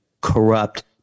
corrupt